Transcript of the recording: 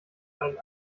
einen